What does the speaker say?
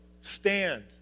stand